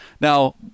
now